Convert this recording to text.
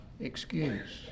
excuse